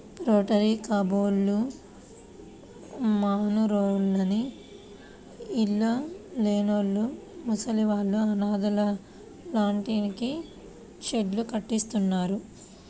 rotary కబ్బోళ్ళు మనూర్లోని ఇళ్ళు లేనోళ్ళు, ముసలోళ్ళు, అనాథలుంటానికి షెడ్డు కట్టిత్తన్నారంట